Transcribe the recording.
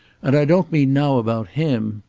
and i don't mean now about him.